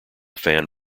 fan